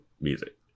music